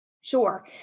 Sure